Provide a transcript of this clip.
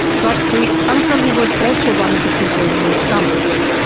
but the uncle who was also one of the people who had come there,